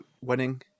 winning